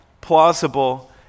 plausible